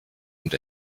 und